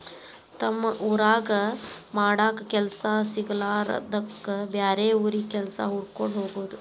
ತಮ್ಮ ಊರಾಗ ಮಾಡಾಕ ಕೆಲಸಾ ಸಿಗಲಾರದ್ದಕ್ಕ ಬ್ಯಾರೆ ಊರಿಗೆ ಕೆಲಸಾ ಹುಡಕ್ಕೊಂಡ ಹೊಗುದು